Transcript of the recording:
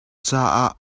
caah